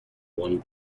one